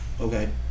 Okay